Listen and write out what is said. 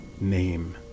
Name